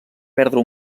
perdre